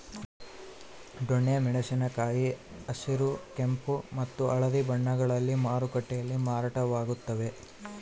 ದೊಣ್ಣೆ ಮೆಣಸಿನ ಕಾಯಿ ಹಸಿರು ಕೆಂಪು ಮತ್ತು ಹಳದಿ ಬಣ್ಣಗಳಲ್ಲಿ ಮಾರುಕಟ್ಟೆಯಲ್ಲಿ ಮಾರಾಟವಾಗುತ್ತವೆ